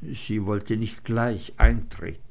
sie wollte nicht gleich eintreten